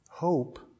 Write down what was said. Hope